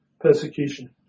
persecution